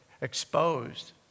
exposed